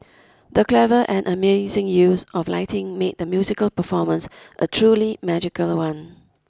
the clever and amazing use of lighting made the musical performance a truly magical one